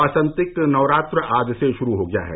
वासंतिक नवरात्र आज शुरू हो गया है